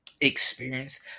experience